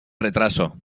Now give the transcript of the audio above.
retraso